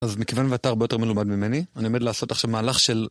אז מכיוון ואתה הרבה יותר מלומד ממני, אני עומד לעשות עכשיו מהלך של...